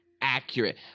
accurate